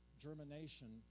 germination